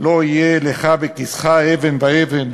"לא יהיה לך בכיסך אבן ואבן